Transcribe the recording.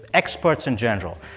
experts in general.